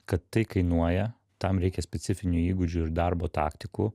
kad tai kainuoja tam reikia specifinių įgūdžių ir darbo taktikų